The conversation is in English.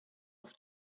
off